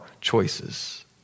choices